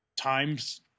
times